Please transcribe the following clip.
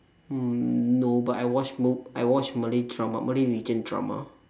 mm no but I watch ma~ I watch malay drama malay religion drama